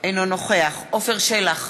אינו נוכח עפר שלח,